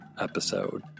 episode